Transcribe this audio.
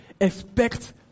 Expect